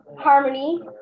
harmony